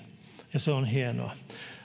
ja se on hienoa